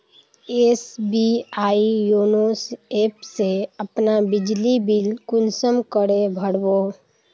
SBI YONO app से अपना बिजली बिल कुंसम करे भर बो?